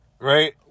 right